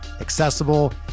accessible